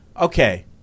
okay